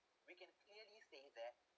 we can clearly say that